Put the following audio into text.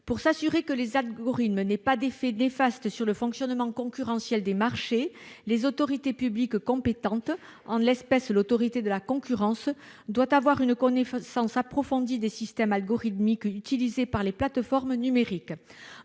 Pour s'assurer que les algorithmes n'aient pas d'effets néfastes sur le fonctionnement concurrentiel des marchés, les autorités publiques compétentes, en l'espèce l'Autorité de la concurrence, doivent avoir une connaissance approfondie des systèmes algorithmiques utilisés par les plateformes numériques.